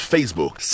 Facebook